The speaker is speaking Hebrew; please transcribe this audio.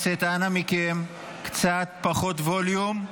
חברי הכנסת, אנא מכם, קצת פחות ווליום.